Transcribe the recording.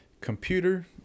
computer